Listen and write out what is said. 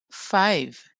five